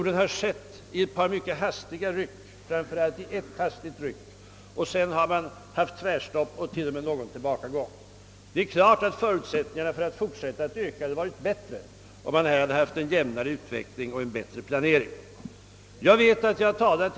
Det har varit ett mycket hastigt ryck framåt framför allt vid ett tillfälle och sedan har man haft tvärstopp och t.o.m. tillbakagång. Givetvis hade förutsättningarna för fortsatt ökning varit bättre med en jämnare utveckling och bättre planering av bostadsbyggandet.